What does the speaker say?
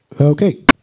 okay